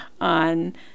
on